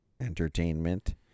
entertainment